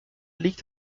liegt